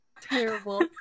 Terrible